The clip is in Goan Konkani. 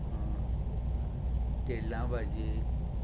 टेल्ला भाजी